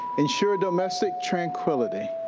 ensure domestic tranquility,